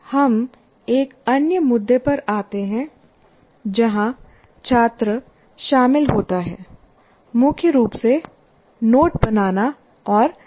हम एक अन्य मुद्दे पर आते हैं जहां छात्र शामिल होता है मुख्य रूप से नोट बनाना और संक्षेप करना